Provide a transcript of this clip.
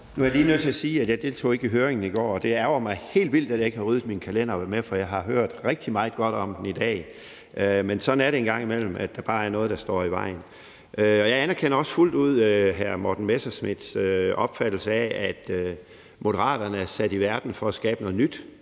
Nu er jeg lige nødt til at sige, at jeg ikke deltog i høringen i går, og det ærgrer mig helt vildt, at jeg ikke har ryddet min kalender for at være med, for jeg har hørt rigtig meget godt om den i dag. Men sådan er det en gang imellem, at der bare er noget, der står i vejen. Og jeg anerkender også fuldt ud hr. Morten Messerschmidts opfattelse af, at Moderaterne er sat i verden for at skabe noget nyt,